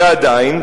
ועדיין,